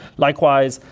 likewise,